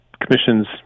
commissions